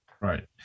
Right